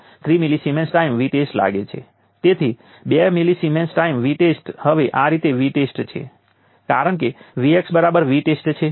તેથી કરંટ 0 છે અને લગભગ t બરાબર 10 માઇક્રો સેકન્ડ છે વોલ્ટેજ ફરીથી કોન્સ્ટન્ટ છે